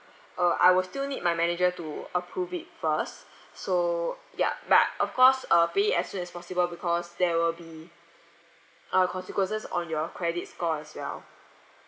uh I will still need my manager to approve it first so yup but of course uh pay it as soon as possible because there will be uh consequences on your credit score as well